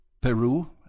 Peru